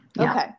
Okay